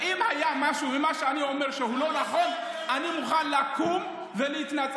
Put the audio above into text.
אני הייתי מצפה מראש ממשלת ישראל נפתלי בנט לקרוא לה לשיחה,